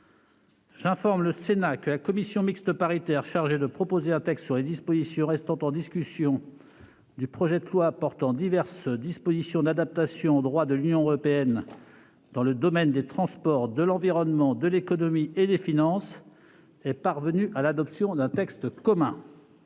J'informe le Sénat que la commission mixte paritaire chargée de proposer un texte sur les dispositions restant en discussion du projet de loi portant diverses dispositions d'adaptation au droit de l'Union européenne dans le domaine des transports, de l'environnement, de l'économie et des finances est parvenue à l'adoption d'un texte commun.